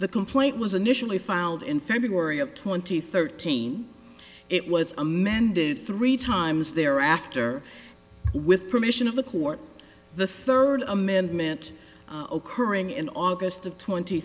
the complaint was initially filed in february of twenty thirteen it was amended three times thereafter with permission of the court the third amendment occurring in august of twenty